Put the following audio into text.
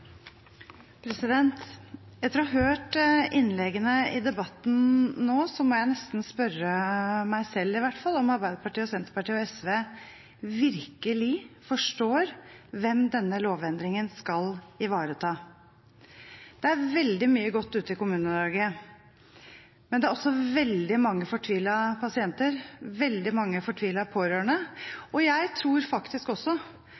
minutter. Etter å ha hørt innleggene i debatten nå må jeg nesten spørre – meg selv i hvert fall – om Arbeiderpartiet, Senterpartiet og SV virkelig forstår hvem denne lovendringen skal ivareta. Det er veldig mye godt ute i Kommune-Norge, men det er også veldig mange fortvilte pasienter, veldig mange fortvilte pårørende. Jeg tror at det også